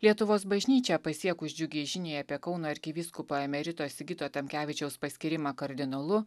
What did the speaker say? lietuvos bažnyčią pasiekus džiugiai žiniai apie kauno arkivyskupo emerito sigito tamkevičiaus paskyrimą kardinolu